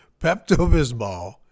Pepto-Bismol